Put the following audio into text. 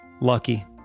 Lucky